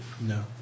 No